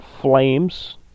flames